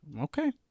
Okay